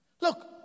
Look